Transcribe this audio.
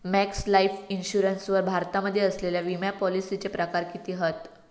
Max Life Insurance वर भारतामध्ये असलेल्या विमापॉलिसीचे प्रकार किती हत?